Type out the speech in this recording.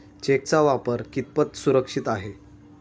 चेकचा वापर कितपत सुरक्षित आहे?